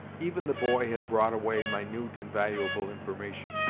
even the boy had brought away minute and valuable information.